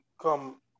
come